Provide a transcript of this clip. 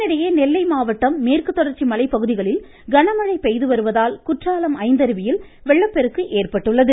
இதனிடையே நெல்லை மாவட்டம் மேற்கு தொடர்ச்சி மலைப்பகுதிகளில் கனமழை பெய்துவருவதால் குற்றாலம் ஐந்தருவியில் வெள்ளப்பெருக்கு ஏற்பட்டுள்ளது